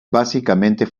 básicamente